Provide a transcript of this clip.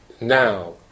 now